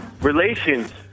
Relations